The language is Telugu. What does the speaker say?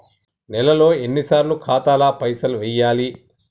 నెలలో ఎన్నిసార్లు ఖాతాల పైసలు వెయ్యాలి?